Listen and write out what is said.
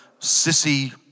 sissy